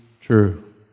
true